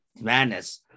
madness